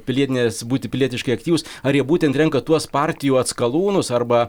pilietinės būti pilietiškai aktyvūs ar jie būtent renka tuos partijų atskalūnus arba